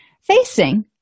facing